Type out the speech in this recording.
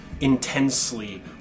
intensely